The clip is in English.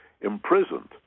imprisoned